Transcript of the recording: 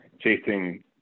chasing